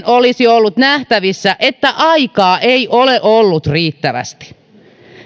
olisi ollut nähtävissä että aikaa ei ole ollut riittävästi